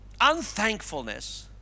unthankfulness